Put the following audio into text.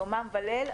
יומם וליל,